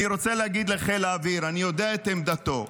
אני רוצה להגיד לחיל האוויר, אני יודע את עמדתו,